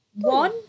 One